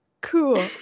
cool